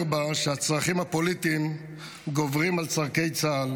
בה שהצרכים הפוליטיים גוברים על צורכי צה"ל.